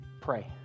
pray